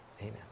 Amen